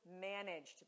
managed